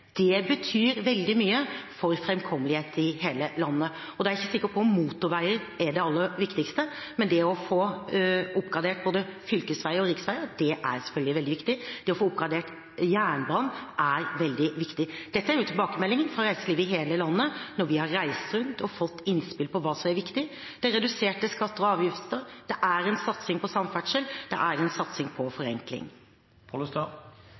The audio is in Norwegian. Det betyr veldig mye for framkommeligheten i hele landet. Da er jeg ikke sikker på om motorveier er det aller viktigste, men å få oppgradert både fylkesveier og riksveier er selvfølgelig veldig viktig, og å få oppgradert jernbanen er veldig viktig. Dette er jo tilbakemeldingen fra reiselivet i hele landet når vi har reist rundt og fått innspill på hva som er viktig: Det er reduserte skatter og avgifter. Det er en satsing på samferdsel. Det er en satsing på